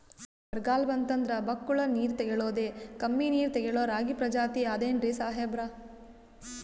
ಬರ್ಗಾಲ್ ಬಂತಂದ್ರ ಬಕ್ಕುಳ ನೀರ್ ತೆಗಳೋದೆ, ಕಮ್ಮಿ ನೀರ್ ತೆಗಳೋ ರಾಗಿ ಪ್ರಜಾತಿ ಆದ್ ಏನ್ರಿ ಸಾಹೇಬ್ರ?